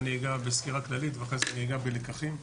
אני אגע בסקירה כללית ואחרי זה אגע בלקחים.